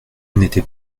n’était